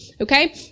Okay